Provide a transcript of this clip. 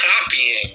copying